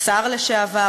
שר לשעבר,